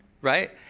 right